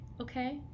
okay